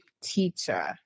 teacher